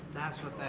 that's what that